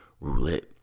roulette